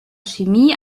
chemie